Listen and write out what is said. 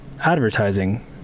advertising